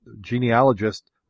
genealogist